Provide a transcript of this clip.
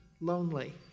lonely